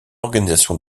organisation